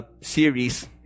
series